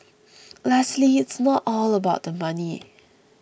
lastly it's not all about the money